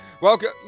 Welcome